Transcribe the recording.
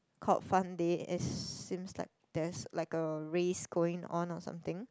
called Fun Day it seems like there like a race going on or something